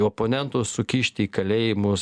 oponentus sukišti į kalėjimus